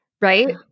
Right